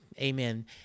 Amen